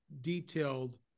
detailed